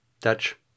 Dutch